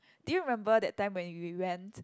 do you remember that time when we went